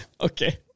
Okay